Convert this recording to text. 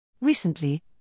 Recently